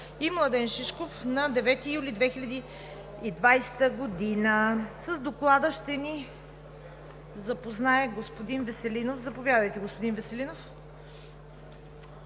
и Младен Шишков на 9 юли 2020 г. С Доклада ще ни запознае господин Веселинов. Заповядайте, господин Веселинов.